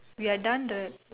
we're done right